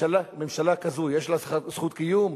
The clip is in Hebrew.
ממשלה כזאת יש לה זכות קיום?